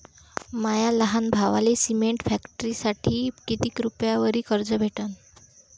माया लहान भावाले सिमेंट फॅक्टरीसाठी कितीक रुपयावरी कर्ज भेटनं?